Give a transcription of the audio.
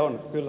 on kyllä omituista